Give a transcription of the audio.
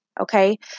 okay